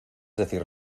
decir